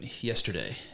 yesterday